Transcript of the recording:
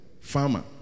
Farmer